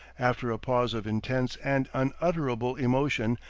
after a pause of intense and unutterable emotion,